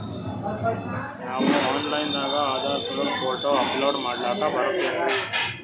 ನಾವು ಆನ್ ಲೈನ್ ದಾಗ ಆಧಾರಕಾರ್ಡ, ಫೋಟೊ ಅಪಲೋಡ ಮಾಡ್ಲಕ ಬರ್ತದೇನ್ರಿ?